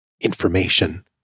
information